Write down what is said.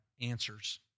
answers